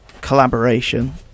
collaboration